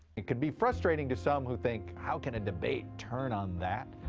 it can be frustrating to some, who think, how can a debate turn on that?